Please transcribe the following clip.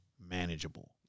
manageable